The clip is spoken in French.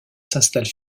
s’installe